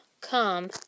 Come